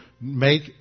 make